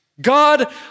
God